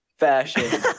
Fashion